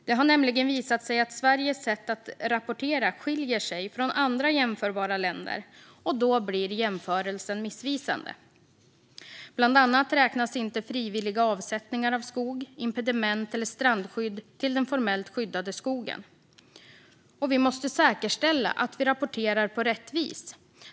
Det har nämligen visat sig att Sveriges sätt att rapportera skiljer sig från andra jämförbara länder, och då blir jämförelsen missvisande. Bland annat räknas inte frivilliga avsättningar av skog, impediment eller strandskydd till den formellt skyddade skogen. Och vi måste säkerställa att vi rapporterar på rätt sätt.